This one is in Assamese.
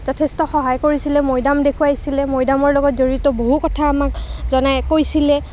যথেষ্ট সহায় কৰিছিলে মৈডাম দেখুৱাইছিলে মৈডামৰ লগত জড়িত বহু কথা আমাক জনাই কৈছিলে